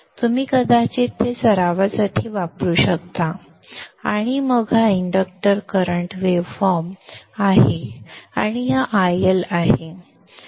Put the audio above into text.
तुम्ही कदाचित ते सरावासाठी वापरू शकता आणि मग हा इंडक्टर करंट वेव्ह फॉर्म आहे आणि हा IL आहे संदर्भ वेळ 1400